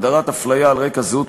הגדרת הפליה על רקע זהות